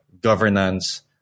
governance